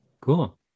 cool